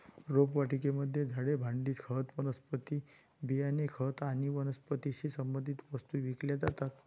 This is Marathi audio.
रोपवाटिकेमध्ये झाडे, भांडी, खत, वनस्पती बियाणे, खत आणि वनस्पतीशी संबंधित वस्तू विकल्या जातात